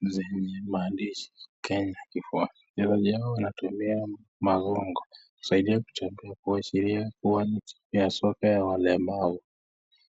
zenye maandishi Kenya kifua. Wachezaji hao wanatumia magongo kusaidia kutembea kwa waashilia kuwa ni mchezo ya soka ya walemavu.